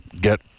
get